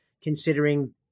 considering